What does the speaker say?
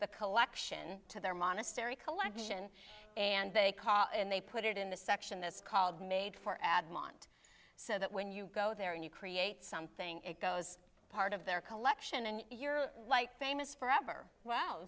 the collection to their monastery collection and they call and they put it in the section this called made for ad mont so that when you go there and you create something it goes part of their collection and you're like famous forever w